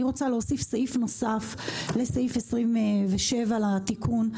אני רוצה להוסיף סעיף נוסף לסעיף 27 לתיקון.